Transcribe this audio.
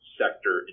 sector